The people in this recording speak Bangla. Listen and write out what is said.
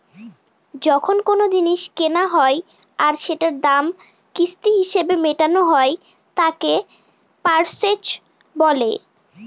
যখন কোনো জিনিস কেনা হয় আর সেটার দাম কিস্তি হিসেবে মেটানো হয় তাকে হাই পারচেস বলে